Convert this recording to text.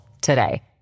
today